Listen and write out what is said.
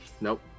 Nope